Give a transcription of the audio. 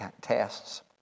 tests